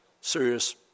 serious